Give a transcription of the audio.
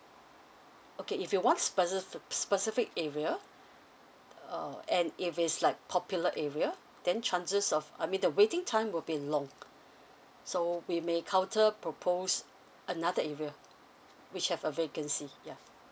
okay if you want speci~ specific area uh and if it's like popular area then chances of I mean the waiting time will be long so we may counter propose another area which have a vacancy ya